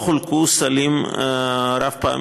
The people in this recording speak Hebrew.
לא חולקו סלים רב-פעמיים,